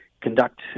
conduct